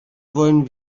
wollen